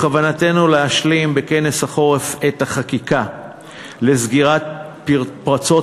בכוונתנו להשלים בכנס החורף את החקיקה לסגירת פרצות